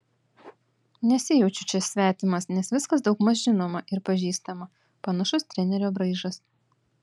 nesijaučiu čia svetimas nes viskas daugmaž žinoma ir pažįstama panašus trenerio braižas